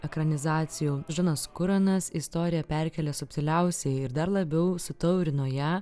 ekranizacijų džinas kuranas istoriją perkėlė subtiliausiai ir dar labiau sutaurino ją